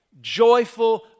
Joyful